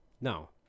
No